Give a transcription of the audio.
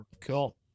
Cool